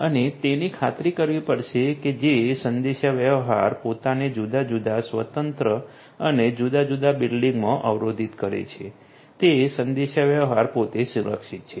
અને તેની ખાતરી કરવી પડશે કે જે સંદેશાવ્યવહાર પોતાને જુદા જુદા સ્વતંત્ર અને જુદા જુદા બિલ્ડિંગમાં અવરોધિત કરે છે તે સંદેશાવ્યવહાર પોતે સુરક્ષિત છે